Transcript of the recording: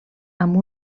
amb